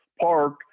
park